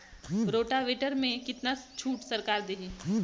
Rotavator में कितना छूट सरकार देही?